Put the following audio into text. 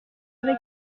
avec